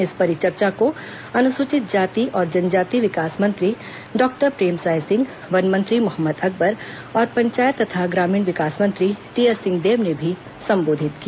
इस परिचर्चा को अनुसूचित जाति और जनजाति विकास मंत्री डॉक्टर प्रेमसाय सिंह वन मंत्री मोहम्मद अकबर और पंचायत तथा ग्रामीण विकास मंत्री टीएस सिंहदेव ने भी संबोधित किया